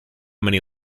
many